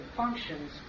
functions